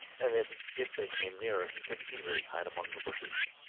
and that if they came nearer he could easily hide among the bushes.